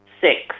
six